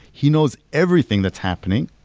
he knows everything that's happening.